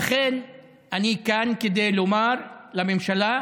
לכן אני כאן כדי לומר לממשלה: